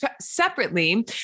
separately